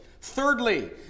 Thirdly